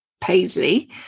Paisley